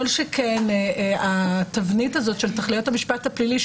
כל שכן התבנית הזאת של תכליות המשפט הפלילי,